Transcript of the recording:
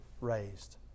raised